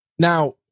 Now